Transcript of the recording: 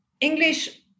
English